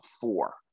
four